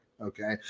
Okay